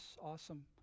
awesome